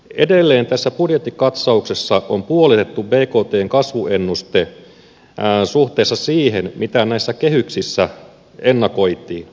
edelleen tässä budjettikatsauksessa on puolitettu bktn kasvuennuste suhteessa siihen mitä näissä kehyksissä ennakoitiin